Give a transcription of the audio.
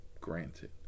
Granted